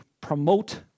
promote